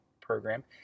Program